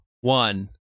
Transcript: One